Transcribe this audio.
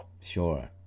Sure